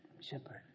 shepherd